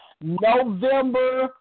November